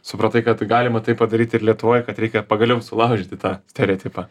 supratai kad galima tai padaryti ir lietuvoj kad reikia pagaliau sulaužyti tą stereotipą